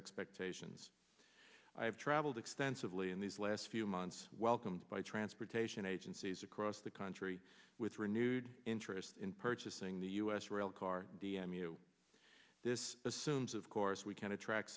expectations i have traveled extensively in these last few months welcomed by transportation agencies across the country with renewed interest in purchasing the u s rail car d m u this assumes of course we can attract